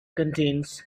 contains